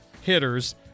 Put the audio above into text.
hitters